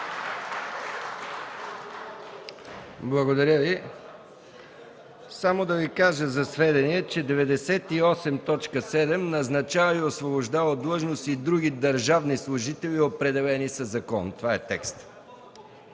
Благодаря Ви. Само да кажа за сведение, че чл. 98, т. 7 е: „назначава и освобождава от длъжност и други държавни служители, определени със закон”. Това е текстът.